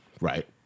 Right